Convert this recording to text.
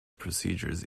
procedures